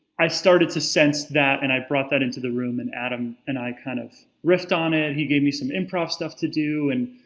i started to sense that and i brought that into the room and adam and i kind of riffed on it, he gave me some improv stuff to do and